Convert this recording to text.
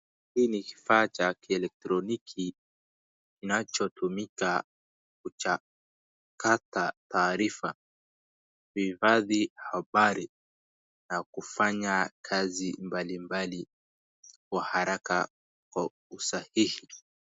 Hii ni kifaa cha kielektroniki kinachotumika kuchakata taarifa, kuhifadhi habari na kufanya kazi mbalimbali kwa haraka kwa usahihi.